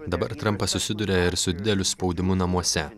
dabar trampas susiduria ir su dideliu spaudimu namuose